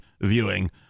viewing